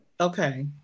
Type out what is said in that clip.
Okay